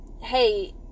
hey